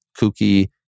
kooky